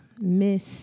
Miss